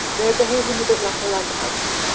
they are behaving a bit like a lighthouse.